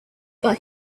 but